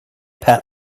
pat